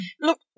Look